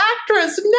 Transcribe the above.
actress